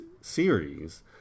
series